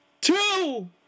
Two